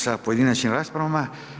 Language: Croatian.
sa pojedinačnim raspravama.